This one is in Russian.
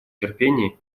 терпение